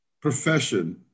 profession